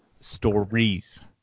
stories